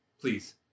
please